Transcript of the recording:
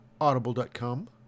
audible.com